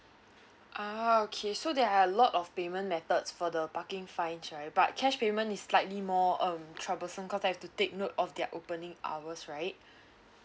a'ah okay so there are a lot of payment methods for the parking fines right but cash payment is slightly more um troublesome cause I have to take note of their opening hours right